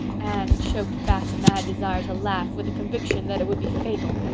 anne choked back a mad desire to laugh with the conviction that it would be fatal,